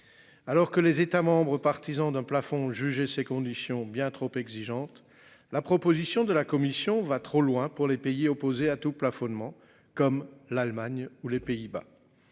Alors que les États membres partisans d'un plafond jugé ces conditions bien trop exigeante. La proposition de la Commission va trop loin pour les pays opposés à tout plafonnement comme l'Allemagne ou les Pays-Bas.